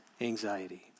anxiety